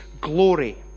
glory